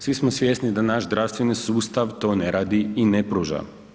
Svi smo svjesni da naš zdravstveni sustav to ne radi i ne pruža.